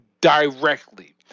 directly